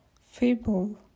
Feeble